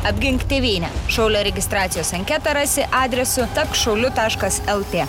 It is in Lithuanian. apgink tėvynę šaulio registracijos anketą rasi adresu tapk šauliu taškas el tė